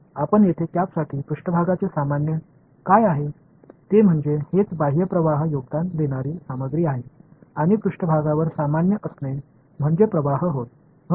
இப்போது இங்கே தொப்பிக்கு மேற்பரப்பு இயல்பானது என்னவென்றால் இந்த போன்றது உள்ளடக்கம் வெளிப்புறப் ஃபிளக்ஸ் பங்களிக்கும் மேற்பரப்புக்கு இயல்பான ஃபிளக்ஸ் ஆகும்